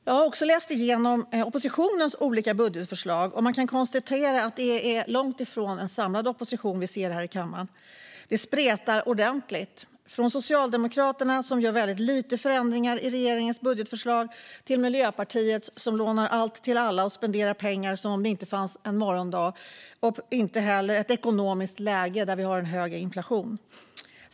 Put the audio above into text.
Jag har läst igenom oppositionens olika budgetförslag, och man kan konstatera att det är långt ifrån en samlad opposition vi ser här i kammaren. Det spretar ordentligt. Socialdemokraterna gör väldigt lite förändringar i regeringens budgetförslag medan Miljöpartiet lånar allt till alla och spenderar pengar som om det inte fanns någon morgondag - och inte heller ett ekonomiskt läge där vi har en hög inflation.